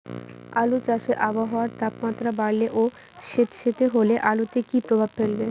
আলু চাষে আবহাওয়ার তাপমাত্রা বাড়লে ও সেতসেতে হলে আলুতে কী প্রভাব ফেলবে?